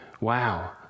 Wow